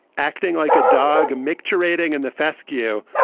acting like a dog. mc gyrating in the fescue.